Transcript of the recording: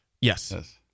Yes